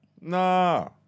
Nah